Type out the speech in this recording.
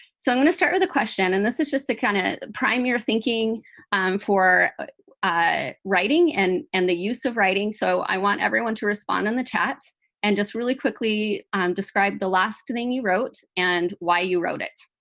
so i'm going to start with a question. and this is just a kind of prime your thinking for writing and and the use of writing. so i want everyone to respond in the chat and just really quickly describe the last thing you wrote and why you wrote it.